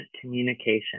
communication